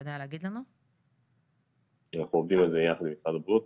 אנחנו עובדים על זה יחד עם משרד הבריאות,